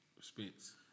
Spence